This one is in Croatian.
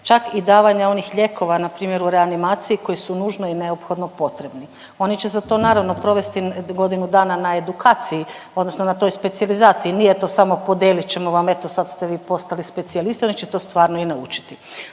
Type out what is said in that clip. Čak i davanje onih lijekova npr. u reanimaciji koji su nužno i neophodno potrebni. Oni će za to naravno provesti godinu dana na edukaciji odnosno na toj specijalizaciji, nije to samo podijelit ćemo vam eto sad ste vi postali specijalista, nego će to stvarno i naučiti.